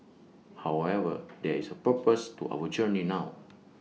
however there is A purpose to our journey now